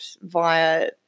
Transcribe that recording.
via